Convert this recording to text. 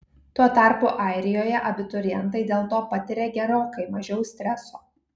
tuo tarpu airijoje abiturientai dėl to patiria gerokai mažiau streso